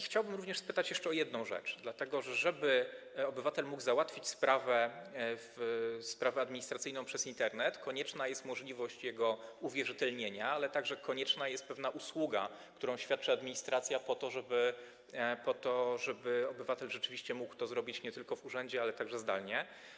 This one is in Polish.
Chciałbym również spytać jeszcze o jedną rzecz, dlatego że aby obywatel mógł załatwić sprawę administracyjną przez Internet, konieczna jest możliwość jego uwierzytelnienia, ale także konieczna jest pewna usługa, którą świadczy administracja po to, żeby obywatel rzeczywiście mógł to zrobić nie tylko w urzędzie, ale także zdalnie.